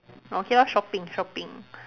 okay lor shopping shopping